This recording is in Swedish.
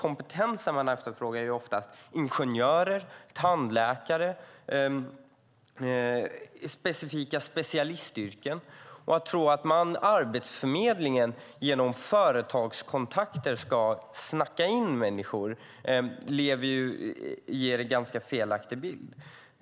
Oftast är det ingenjörer, tandläkare och andra specialister som efterfrågas. Att hävda att Arbetsförmedlingen ska kunna snacka in människor genom företagskontakter ger en ganska felaktig bild.